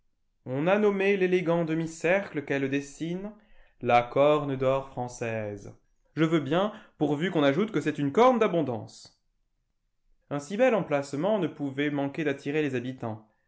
on a nommé l'élégant demi-cercle qu'elle dessine la corne dor française je veux bien pourvu qu'on ajoute que c'est une corne d'abondance un si bel emplacement ne pouvait manquer d'attirer des habitants